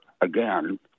again